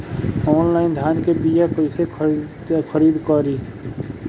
Online धान के बीया कइसे खरीद करी?